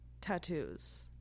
Tattoos